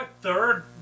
third